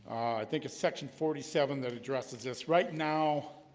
i think it's section forty seven that addresses this right now